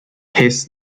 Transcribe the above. his